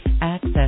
Access